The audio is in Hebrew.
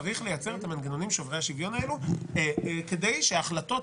צריך לייצר את המנגנונים שוברי השוויון האלה כדי שהחלטות